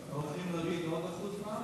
חברי חברי הכנסת,